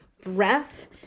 breath